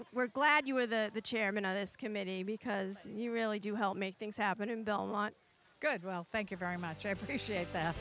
we're glad you're the chairman of this committee because you really do help make things happen in belmont good well thank you very much i appreciate that